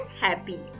happy